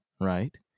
right